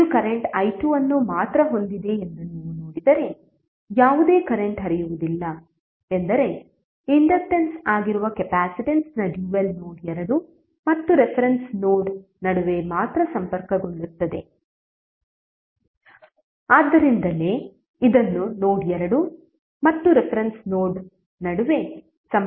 ಇದು current i2 ಅನ್ನು ಮಾತ್ರ ಹೊಂದಿದೆ ಎಂದು ನೀವು ನೋಡಿದರೆ ಯಾವುದೇ ಕರೆಂಟ್ ಹರಿಯುವುದಿಲ್ಲ ಎಂದರೆ ಇಂಡಕ್ಟನ್ಸ್ ಆಗಿರುವ ಕೆಪಾಸಿಟನ್ಸ್ನ ಡ್ಯುಯಲ್ ನೋಡ್ 2 ಮತ್ತು ರೆಫರೆನ್ಸ್ ನೋಡ್ ನಡುವೆ ಮಾತ್ರ ಸಂಪರ್ಕಗೊಳ್ಳುತ್ತದೆ ಆದ್ದರಿಂದಲೇ ಇದನ್ನು ನೋಡ್ 2 ಮತ್ತು ರೆಫರೆನ್ಸ್ ನೋಡ್ ನಡುವೆ ಸಂಪರ್ಕಿಸಲಾಗಿದೆ